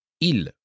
il